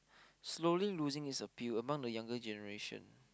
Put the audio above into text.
slowly losing it's appeal among younger generations